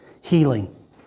healing